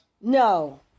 no